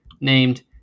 named